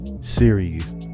series